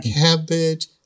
Cabbage